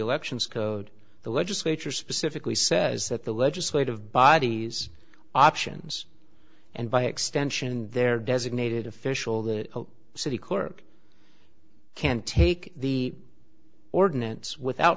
elections code the legislature specifically says that the legislative bodies options and by extension their designated official the city clerk can take the ordinance without